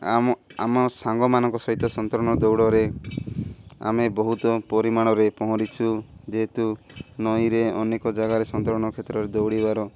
ଆମ ଆମ ସାଙ୍ଗମାନଙ୍କ ସହିତ ସନ୍ତରଣ ଦୌଡ଼ରେ ଆମେ ବହୁତ ପରିମାଣରେ ପହଁରିଛୁ ଯେହେତୁ ନଈରେ ଅନେକ ଜାଗାରେ ସନ୍ତରଣ କ୍ଷେତ୍ରରେ ଦୌଡ଼ିବାର